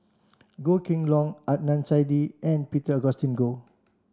Goh Kheng Long Adnan Saidi and Peter Augustine Goh